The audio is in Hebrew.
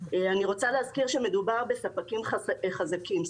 אני רוצה להזכיר שמדובר בספקים חזקים.